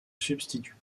substitue